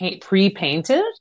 pre-painted